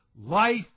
life